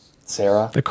Sarah